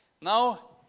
Now